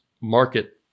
market